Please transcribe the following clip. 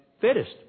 fittest